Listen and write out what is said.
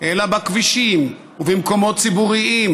אלא בכבישים ובמקומות ציבוריים,